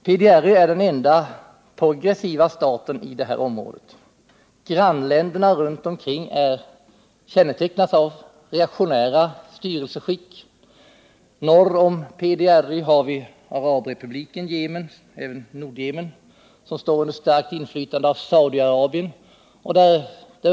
PDRY är den enda Onsdagen den progressiva staten i området. Grannländerna runt omkring kännetecknas av 2 maj 1979 reaktionära styrelseskick. Norrom PDRY har vi Arabrepubliken Yemen eller Nordyemen, som står under starkt inflytande av Saudiarabien.